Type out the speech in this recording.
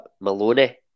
Maloney